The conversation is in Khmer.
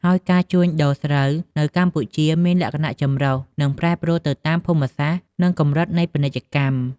ហើយការជួញដូរស្រូវនៅកម្ពុជាមានលក្ខណៈចម្រុះ និងប្រែប្រួលទៅតាមភូមិសាស្ត្រ និងកម្រិតនៃពាណិជ្ជកម្ម។